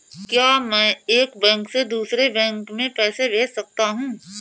क्या मैं एक बैंक से दूसरे बैंक में पैसे भेज सकता हूँ?